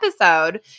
episode